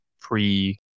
pre-